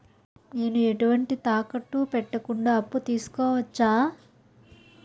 నేను ఎటువంటి తాకట్టు పెట్టకుండా అప్పు తీసుకోవచ్చా?